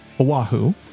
Oahu